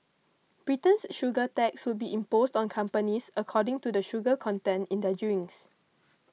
Britain's sugar tax will be imposed on companies according to the sugar content in their drinks